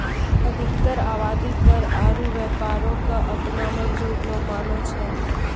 अधिकतर आवादी कर आरु व्यापारो क अपना मे जुड़लो मानै छै